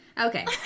Okay